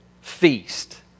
feast